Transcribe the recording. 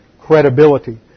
credibility